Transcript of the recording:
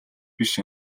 биш